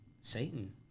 Satan